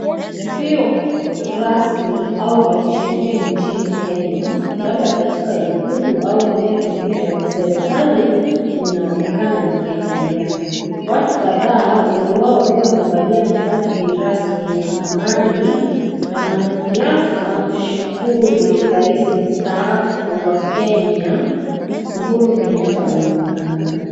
Tukio rasmi au la kisheria nchini Kenya; labda katika ikulu , au eneo lingine la kiserekali linaonekana likiendelea . Watu kadhaa , wengi wao wakiwa wamevalia mavazi rasmi ya mahakamani , na mwanasiasa mashuhuri ambaye ni rais msaafu wa Kenya ; Uhuru Kenyatta wanaonekana.